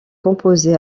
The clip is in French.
composé